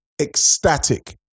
ecstatic